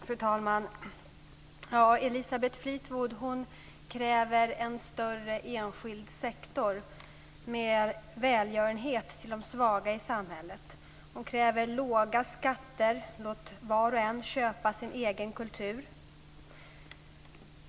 Fru talman! Elisabeth Fleetwood kräver en större enskild sektor och mer välgörenhet till de svaga i samhället. Hon kräver låga skatter: låt var och en köpa sin egen kultur.